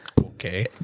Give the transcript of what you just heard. Okay